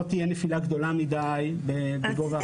תהיה נפילה גדולה מדיי בגובה ההכנסה.